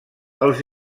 els